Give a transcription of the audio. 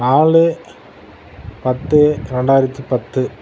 நாலு பத்து ரெண்டாயிரத்து பத்து